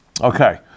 Okay